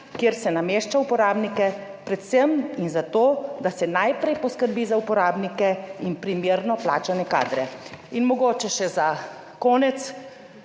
kjer se namešča uporabnike, predvsem in zato da se najprej poskrbi za uporabnike in primerno plačane kadre. In mogoče še za konec.